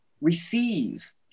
receive